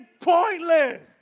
pointless